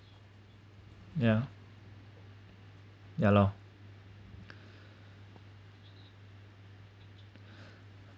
ya ya lor